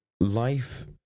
life